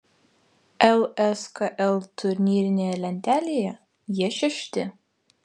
lskl turnyrinėje lentelėje jie šešti